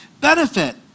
benefit